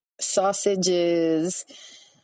sausages